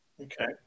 okay